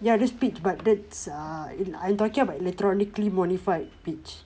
ya that's pitch but that's err I'm I'm talking about electronically modified pitch